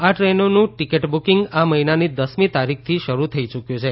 આ ટ્રેનોનું ticket booking આ મહિનાની દસમી તારીખથી શરૂ થઇ ચુકયું છે